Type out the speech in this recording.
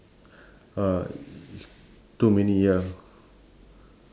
uh too many ya